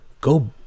go